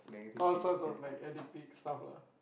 all sorts of like addictive stuff lah